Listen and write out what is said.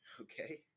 Okay